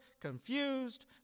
confused